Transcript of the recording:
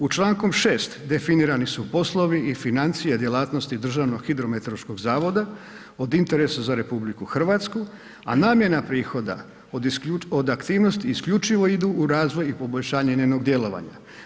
U Članku 6. definirani su poslovi i financije djelatnosti Državnog hidrometeorološkog zavoda od interesa za RH, a namjena prihoda od aktivnosti isključiv idu u razvoj i poboljšanje njenog djelovanja.